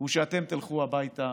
הוא שאתם תלכו הביתה,